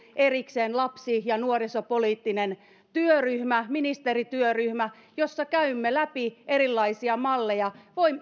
erikseen lapsi ja nuorisopoliittinen työryhmä ministerityöryhmä jossa käymme läpi erilaisia malleja